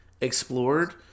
explored